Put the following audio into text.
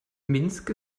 minsk